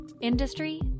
industry